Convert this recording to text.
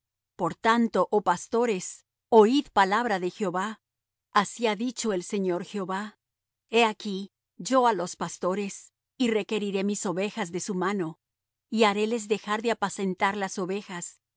por tanto oh pastores oid palabra de jehová así ha dicho el señor jehová he aquí yo á los pastores y requeriré mis ovejas de su mano y haréles dejar de apacentar las ovejas